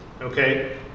Okay